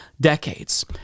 decades